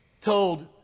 told